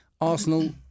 Arsenal